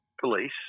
police